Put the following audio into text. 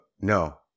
no